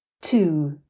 Two